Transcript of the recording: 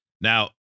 now